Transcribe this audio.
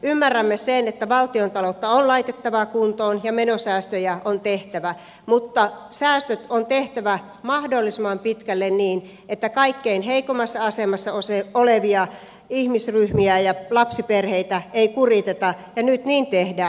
ymmärrämme sen että valtiontaloutta on laitettava kuntoon ja menosäästöjä on tehtävä mutta säästöt on tehtävä mahdollisimman pitkälle niin että kaikkein heikoimmassa asemassa olevia ihmisryhmiä ja lapsiperheitä ei kuriteta ja nyt niin tehdään